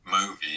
movie